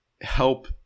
help